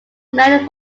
married